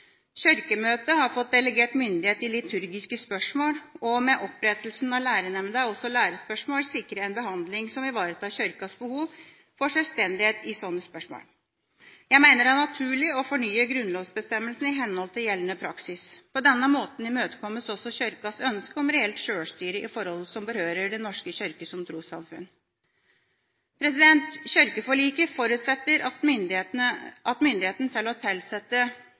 har fått delegert myndighet i liturgiske spørsmål, og med opprettelsen av Lærenemnda er også lærespørsmål sikret en behandling som ivaretar Kirkas behov for selvstendighet i slike spørsmål. Jeg mener det er naturlig å fornye grunnlovsbestemmelsen i henhold til gjeldende praksis. På denne måten imøtekommes også Kirkas ønske om reelt sjølstyre i forhold som berører Den norske kirke som trossamfunn. Kirkeforliket forutsetter at myndigheten til å tilsette